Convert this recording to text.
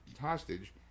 hostage